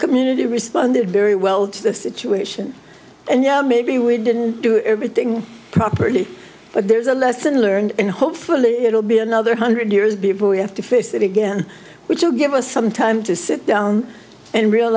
community responded very well to the situation and you know maybe we didn't do everything properly but there's a lesson learned and hopefully it'll be another hundred years before we have to face it again which will give us some time to sit down and real